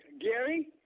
Gary